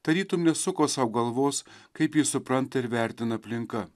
tarytum nesuko sau galvos kaip jį supranta ir vertina aplinka